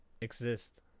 Exist